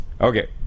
Okay